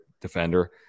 defender